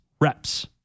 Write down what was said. reps